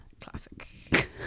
Classic